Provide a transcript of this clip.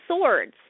swords